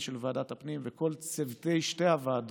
של ועדת הפנים ולכל צוותי שתי הוועדות,